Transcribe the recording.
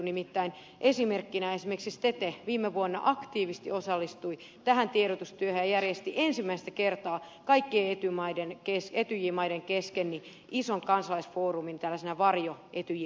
nimittäin esimerkiksi stete viime vuonna aktiivisesti osallistui tähän tiedotustyöhön ja järjesti ensimmäistä kertaa kaikkien etyj maiden kesken ison kansalaisfoorumin tällaisena varjo etyj kokouksena